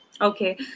Okay